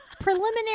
Preliminary